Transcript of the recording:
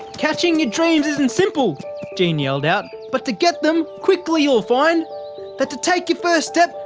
catching your dreams isn't simple jean yelled out but to get them quickly you'll find that to take your first step,